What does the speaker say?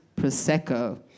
Prosecco